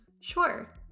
Sure